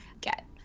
get